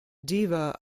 diva